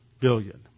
Billion